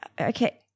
Okay